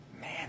man